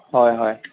হয় হয়